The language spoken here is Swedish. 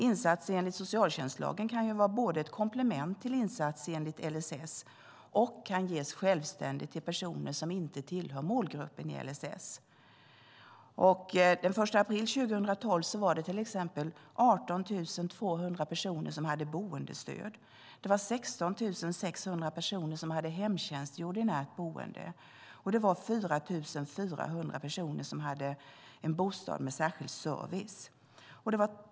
Insatser enligt socialtjänstlagen kan vara både ett komplement till insats enligt LSS och ges självständigt till personer som inte tillhör målgruppen i LSS. Den 1 april 2012 hade till exempel 18 200 personer boendestöd. 16 600 personer hade hemtjänst i ordinärt boende, och 4 400 personer hade en bostad med särskild service.